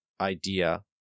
idea